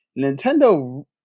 nintendo